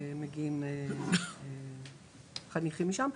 מגיעים יותר חניכים משם.